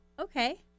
okay